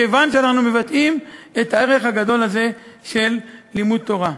כיוון שאנחנו מבטאים את הערך הגדול הזה של לימוד תורה.